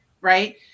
right